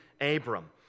Abram